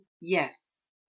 yes